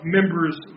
Members